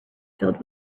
filled